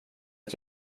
att